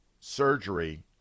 surgery